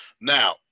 Now